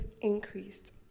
increased